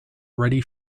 ready